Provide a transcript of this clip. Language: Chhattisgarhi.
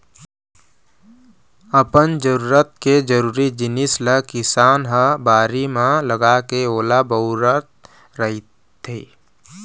अपन जरूरत के जरुरी जिनिस ल किसान ह बाड़ी म लगाके ओला बउरत रहिथे